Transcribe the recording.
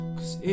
Cause